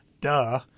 duh